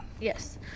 yes